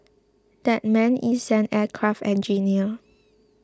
that man is an aircraft engineer